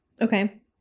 Okay